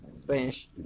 Spanish